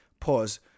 pause